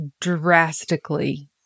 drastically